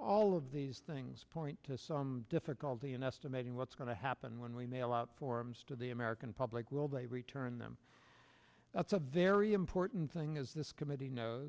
all of these things point to some difficulty in estimating what's going to happen when we mail out forms to the american public will they return them that's a very important thing as this committee kno